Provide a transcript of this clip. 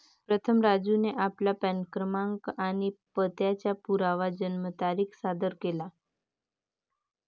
प्रथम राजूने आपला पॅन क्रमांक आणि पत्त्याचा पुरावा जन्मतारीख सादर केला